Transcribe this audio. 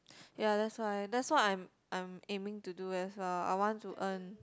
ya that's why that's why I'm I'm aiming to do as well I want to earn